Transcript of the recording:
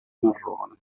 marrone